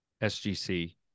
SGC